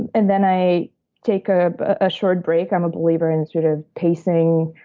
and and then, i take ah a short break. i'm a believer in sort of pacing,